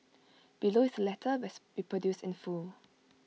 below is the letter best reproduced in full